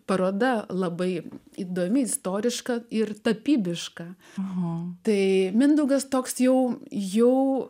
paroda labai įdomi istoriška ir tapybiška o tai mindaugas toks jau jau